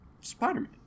Spider-Man